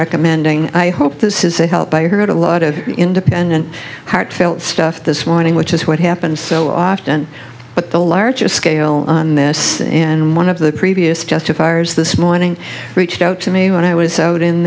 recommending i hope this is a help i heard a lot of independent heartfelt stuff this morning which is what happens so often but the larger scale on this and one of the previous justifiers this morning reached out to me when i was out in